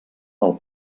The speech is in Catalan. del